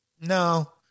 No